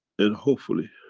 and hopefully,